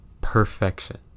perfection